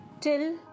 Till